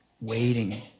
waiting